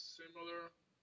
similar